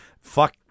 Fuck